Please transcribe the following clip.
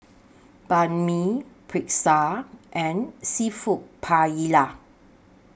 Banh MI Pretzel and Seafood Paella